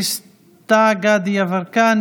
דסטה גדי יברקן,